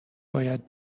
باید